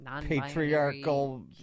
patriarchal